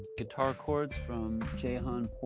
guitar chords from jjahanpour.